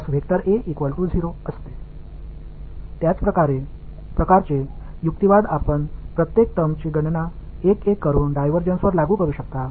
அதே வகையான ஒரு வாதம் நீங்கள் ஒவ்வொரு வெளிப்பாட்டையும் ஒவ்வொன்றாக கணக்கிட்டு பயன்படுத்தி டைவர்ஜன்ஸை 0 ஆகப் பெறலாம்